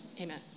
Amen